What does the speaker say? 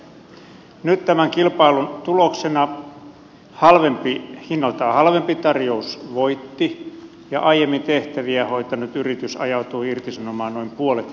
nyt tämän kilpailun tuloksena hinnaltaan halvempi tarjous voitti ja aiemmin tehtäviä hoitanut yritys ajautui irtisanomaan noin puolet henkilökunnastaan